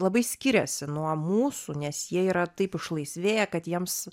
labai skiriasi nuo mūsų nes jie yra taip išlaisvėję kad jiems